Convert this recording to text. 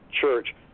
church